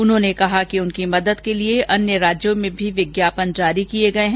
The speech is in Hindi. उन्होंने कहा कि उनकी मदद के लिए अन्य राज्यों में भी विज्ञापन जारी किए गए हैं